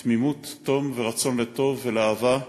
תמימות, תום ורצון לטוב ולאהבה,